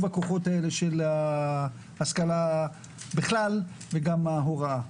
הכוחות האלה של ההשכלה בכלל וגם ההוראה.